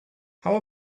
how